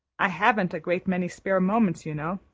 i haven't a great many spare moments, you know.